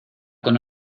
con